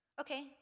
Okay